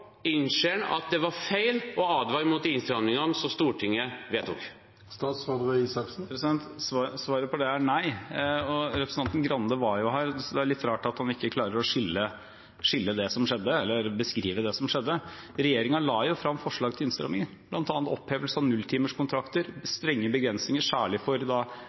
Innser han at det var feil å advare mot de innstrammingene som Stortinget vedtok? Svaret på det er nei. Representanten Grande var jo her, så det er litt rart at han ikke klarer å beskrive det som skjedde. Regjeringen la frem forslag til innstramminger, bl.a. opphevelse av nulltimerskontrakter, strenge begrensninger, særlig for